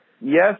yes